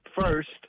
first